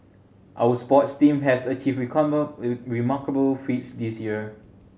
our sports team has achieved remarkable feats this year